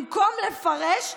במקום לפרש,